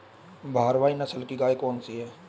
भारवाही नस्ल की गायें कौन सी हैं?